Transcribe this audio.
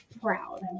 proud